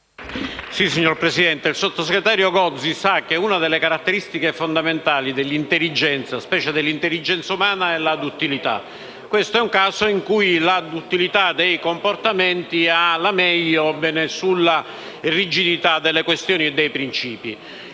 Signor Presidente, il sottosegretario Gozi sa che una delle caratteristiche fondamentali dell'intelligenza, specie dell'intelligenza umana, è la duttilità. Questo è un caso in cui la duttilità dei comportamenti ha avuto la meglio sulla rigidità delle questioni e dei principi.